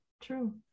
True